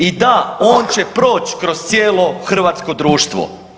I da, on će proći kroz cijelo hrvatsko društvo.